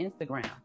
Instagram